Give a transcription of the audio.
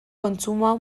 kontsumoa